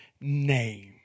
name